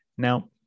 Now